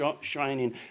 shining